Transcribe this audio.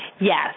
Yes